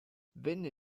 venne